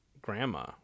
grandma